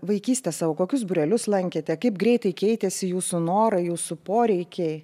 vaikystę savo kokius būrelius lankėte kaip greitai keitėsi jūsų norai jūsų poreikiai